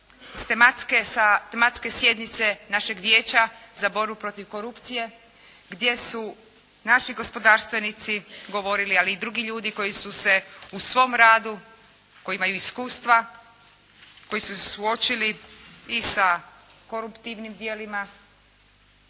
s tematske sjednice našeg Vijeća za borbu protiv korupcije gdje su naši gospodarstvenici govorili, ali i drugi ljudi koji su se u svom radu, koji imaju iskustva, koji su se suočili i sa koruptivnim djelima.